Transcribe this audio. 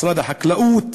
משרד החקלאות,